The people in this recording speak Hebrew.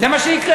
זה מה שיקרה.